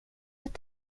att